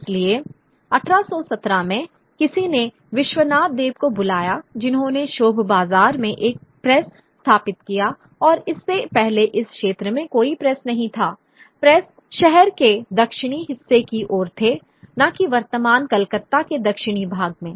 इसलिए 1817 में किसी ने बिश्वनाथ देब को बुलाया जिन्होंने शोभबाजार में एक प्रेस स्थापित किया और इससे पहले इस क्षेत्र में कोई प्रेस नहीं था प्रेस शहर के दक्षिणी हिस्से की ओर थे न कि वर्तमान कलकत्ता के दक्षिणी भाग में